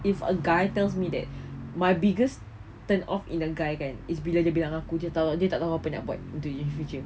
if a guy tells me that my biggest turn off in a guy kan is bila dia bilang aku jer [tau] dia tak tahu apa nak buat into the future